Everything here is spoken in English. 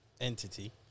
entity